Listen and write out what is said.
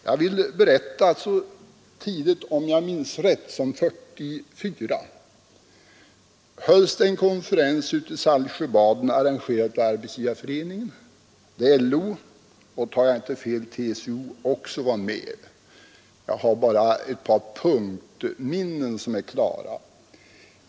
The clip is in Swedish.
Jag vill berätta att så tidigt, om jag minns rätt, som 1944 hölls det en konferens i Saltsjöbaden, arrangerad av Arbetsgivareföreningen, där LO och, om jag inte tar fel, också TCO var med — jag har bara ett par punktminnen klara.